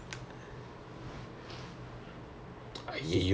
then like what's your career prospects thing